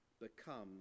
become